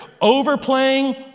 overplaying